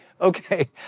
okay